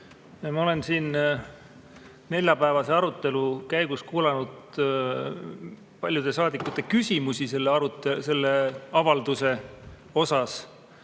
Ma kuulasin neljapäevase arutelu käigus paljude saadikute küsimusi selle avalduse kohta.